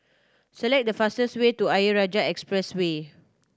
select the fastest way to Ayer Rajah Expressway